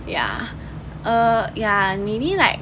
yeah uh yeah maybe like